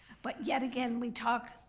but, yet again, we talk,